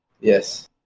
Yes